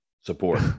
Support